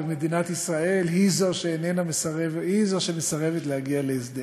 ומדינת ישראל היא זו שמסרבת להגיע להסדר.